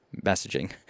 messaging